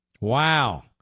Wow